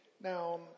Now